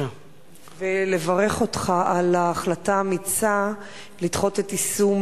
ואברך אותך על ההחלטה האמיצה לדחות את יישום